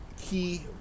key